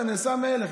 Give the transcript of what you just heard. נעשה מלך,